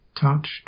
touched